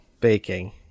Baking